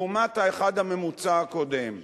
לעומת הממוצע הקודם,